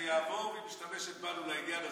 יעבור והיא משתמשת בנו לעניין הזה,